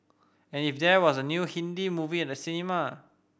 and if there was a new Hindi movie at the cinema